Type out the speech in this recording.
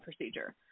procedure